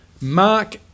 Mark